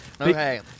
Okay